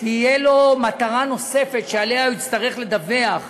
תהיה מטרה נוספת, שעליה הוא יצטרך לדווח,